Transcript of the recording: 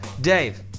Dave